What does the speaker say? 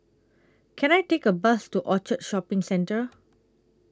Can I Take A Bus to Orchard Shopping Centre